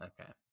Okay